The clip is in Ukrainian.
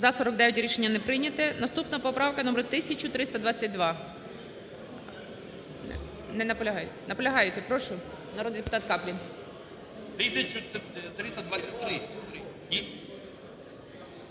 За-49 Рішення не прийнято. Наступна поправка номер 1322. Не наполягаєте? Наполягаєте. Прошу, народний депутат Каплін.